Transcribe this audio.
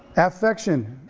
affection,